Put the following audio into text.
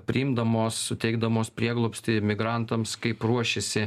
priimdamos suteikdamos prieglobstį migrantams kaip ruošiasi